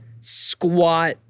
squat